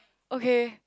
okay